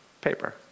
paper